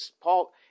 Paul